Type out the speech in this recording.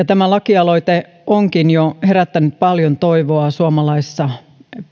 tämä lakialoite onkin jo herättänyt paljon toivoa suomalaisissa